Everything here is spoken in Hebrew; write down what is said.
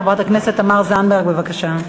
חברת הכנסת תמר זנדברג, בבקשה.